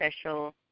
special